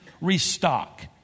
restock